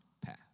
path